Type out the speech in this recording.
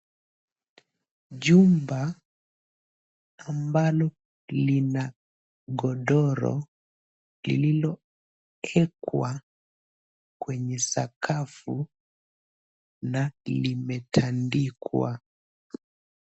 Jumba ambalo lina godoro lililowekwa kwenye sakafu na limetandikwa.